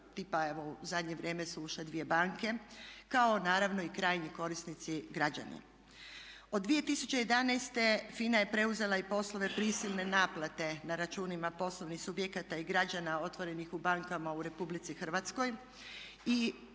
tipa evo u zadnje vrijeme su ušle dvije banke kao naravno i krajnji korisnici građani. Od 2011. FINA je preuzela i poslove prisilne naplate na računima poslovnih subjekata i građana otvorenih u bankama u RH i FINA je tim